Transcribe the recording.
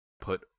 put